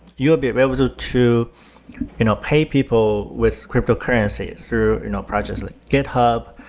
you'll be able to to you know pay people with cryptocurrencies through you know projects like github,